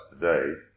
today